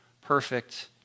perfect